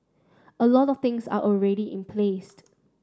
a lot of things are already in placed